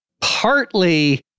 partly